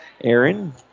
Aaron